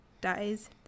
dies